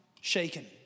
shaken